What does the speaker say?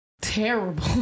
terrible